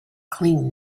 clean